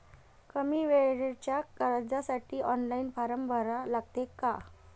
कमी वेळेच्या कर्जासाठी ऑनलाईन फारम भरा लागते का?